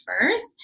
first